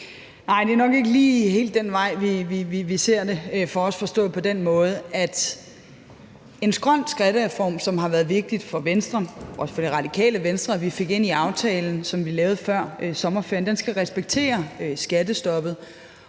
Nej, det er nok ikke lige helt den vej, vi ser det, forstået på den måde, at en grøn skattereform, som det har været vigtigt for Venstre og for Det Radikale Venstre at vi fik ind i aftalen, som vi lavede før sommerferien, skal respektere skattestoppet.